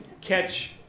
catch